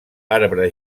arbre